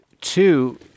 two